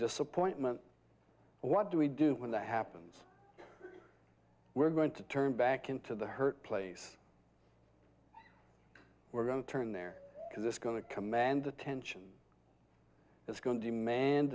disappointment what do we do when that happens we're going to turn back into the hurt place we're going to turn there is this going to command attention it's going to demand